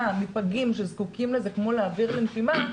מפגים שזקוקים לזה כמו אויר לנשימה,